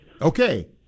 Okay